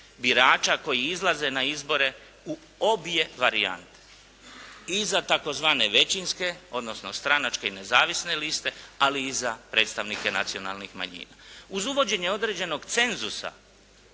birača koji izlaze na izbore u obje varijante. I za tzv. većinske, odnosno stranačke i nezavisne liste, ali i za predstavnike nacionalnih manjina. Uz uvođenje određenog cenzusa